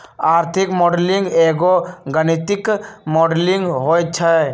आर्थिक मॉडलिंग एगो गणितीक मॉडलिंग होइ छइ